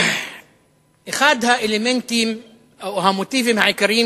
אחד האלמנטים או המוטיבים העיקריים